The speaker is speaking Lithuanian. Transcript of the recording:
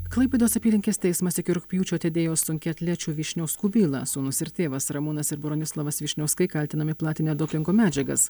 klaipėdos apylinkės teismas iki rugpjūčio atidėjo sunkiaatlečių vyšniauskų bylą sūnus ir tėvas ramūnas ir bronislavas vyšniauskai kaltinami platinę dopingo medžiagas